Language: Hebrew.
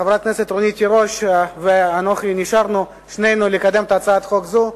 חברת הכנסת רונית תירוש ואנוכי נשארנו שנינו לקדם את הצעת החוק הזאת.